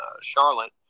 Charlotte